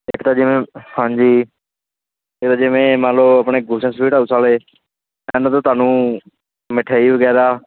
ਇੱਕ ਤਾਂ ਜਿਵੇਂ ਹਾਂਜੀ ਇਹ ਤਾਂ ਜਿਵੇਂ ਮੰਨ ਲਓ ਆਪਣੇ ਗੁਲਸ਼ਨ ਸਵੀਟ ਹਾਊਸ ਵਾਲੇ ਇਹਨਾਂ ਤੋਂ ਤੁਹਾਨੂੰ ਮਿਠਾਈ ਵਗੈਰਾ